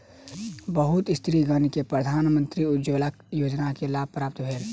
बहुत स्त्रीगण के प्रधानमंत्री उज्ज्वला योजना के लाभ प्राप्त भेल